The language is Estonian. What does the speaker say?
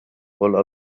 olla